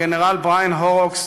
הגנרל בריאן הורוקס,